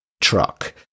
truck